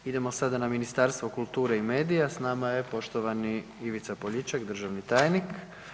Idemo sada na Ministarstvo kulture i medija, s nama je poštovani Ivica Poljičak, državni tajnik.